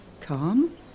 calm